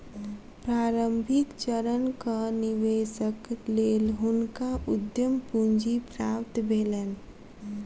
प्रारंभिक चरणक निवेशक लेल हुनका उद्यम पूंजी प्राप्त भेलैन